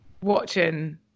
watching